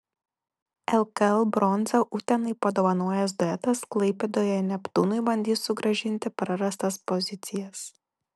lkl bronzą utenai padovanojęs duetas klaipėdoje neptūnui bandys sugrąžinti prarastas pozicijas